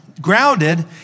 Grounded